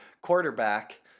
quarterback